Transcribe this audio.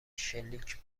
شلیک